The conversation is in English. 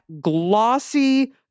glossy